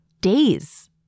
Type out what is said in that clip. days